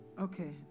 Okay